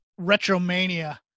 RetroMania